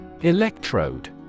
Electrode